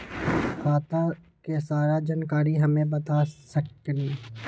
खाता के सारा जानकारी हमे बता सकेनी?